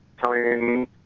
telling